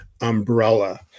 umbrella